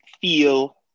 feel